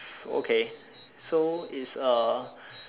okay so it's a